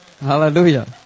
Hallelujah